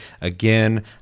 again